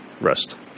rest